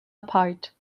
apart